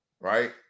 right